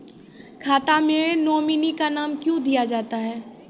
खाता मे नोमिनी का नाम क्यो दिया जाता हैं?